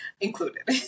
included